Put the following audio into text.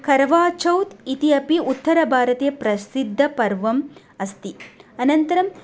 खर्वाचौत् इति अपि उत्तरभारते प्रसिद्धं पर्वम् अस्ति अनन्तरम्